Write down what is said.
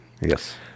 Yes